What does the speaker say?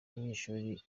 abanyeshuli